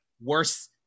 worse